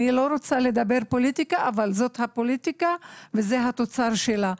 אני לא רוצה לדבר פוליטיקה אבל זאת הפוליטיקה וזה התוצר שלה.